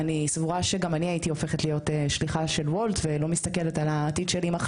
אני סבורה שם אני הייתי הופכת להיות שליחה של Wolt ולא מסתכלת על המחר,